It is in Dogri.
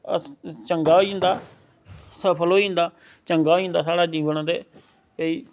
चंगा होई जंदा सफल होई जंदा चंगा होई जंदा स्हाड़ा जीवन ते भाई